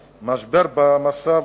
משבר, מצב